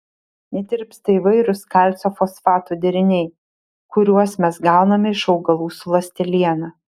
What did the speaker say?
netirpsta įvairūs kalcio fosfatų deriniai kuriuos mes gauname iš augalų su ląsteliena